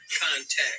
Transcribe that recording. contact